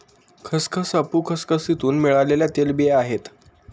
खसखस अफू खसखसीतुन मिळालेल्या तेलबिया आहे